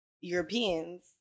Europeans